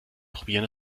probieren